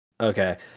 Okay